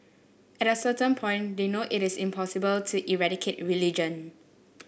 at a certain point they know it is impossible to eradicate religion